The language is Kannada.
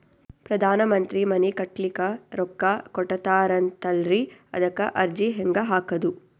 ಪ್ರಧಾನ ಮಂತ್ರಿ ಮನಿ ಕಟ್ಲಿಕ ರೊಕ್ಕ ಕೊಟತಾರಂತಲ್ರಿ, ಅದಕ ಅರ್ಜಿ ಹೆಂಗ ಹಾಕದು?